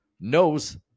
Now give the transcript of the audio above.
knows